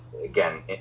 again